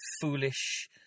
foolish